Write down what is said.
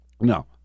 No